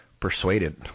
persuaded